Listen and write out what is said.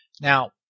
Now